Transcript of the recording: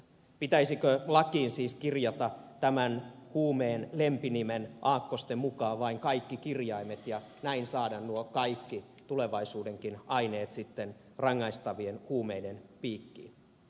pitäisikö lakiin siis kirjata tämän huumeen lempinimen aakkosten mukaan vain kaikki kirjaimet ja näin saada nuo kaikki tulevaisuudenkin aineet sitten rangaistavien huumeiden piikkiin